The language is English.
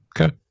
Okay